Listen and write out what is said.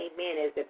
Amen